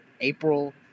April